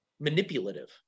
manipulative